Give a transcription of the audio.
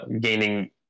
gaining